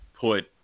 put